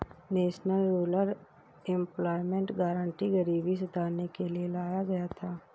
national rural employment guarantee गरीबी सुधारने के लिए लाया गया था